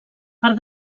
per